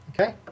Okay